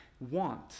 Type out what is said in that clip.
want